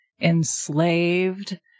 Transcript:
enslaved